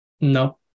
No